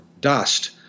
dust